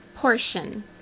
portion